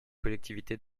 collectivités